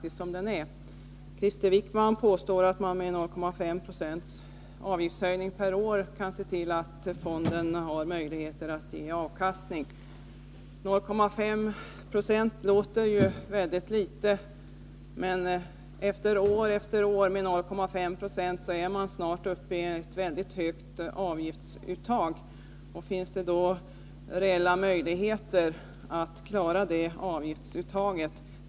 Krister Wickman påstår att man med 0,5 96 avgiftshöjning per år kan se till att fonden har möjligheter att ge avkastning. 0,5 90 låter mycket litet, men med en höjning år efter år med 0,5 26 är man snart uppe i ett mycket högt avgiftsuttag. Finns det då reella möjligheter att klara det avgiftsuttaget?